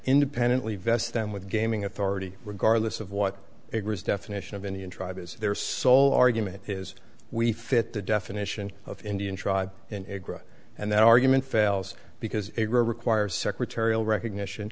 independently vess them with gaming authority regardless of what it was definition of any in tribe as their sole argument is we fit the definition of indian tribe in agra and that argument fails because it requires secretarial recognition